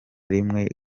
rimwe